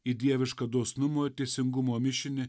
į dievišką dosnumo ir teisingumo mišinį